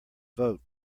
vote